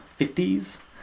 50s